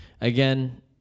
again